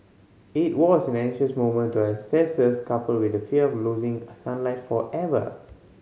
it was an anxious moment to our ancestors coupled with the fear of losing sunlight forever